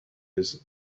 his